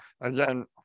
again